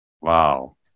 Wow